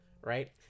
right